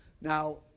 Now